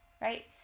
right